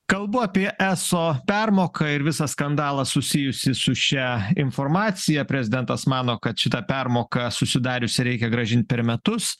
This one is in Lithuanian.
kalbu apie eso permoką ir visą skandalą susijusį su šia informacija prezidentas mano kad šitą permoką susidariusią reikia grąžint per metus